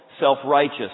self-righteous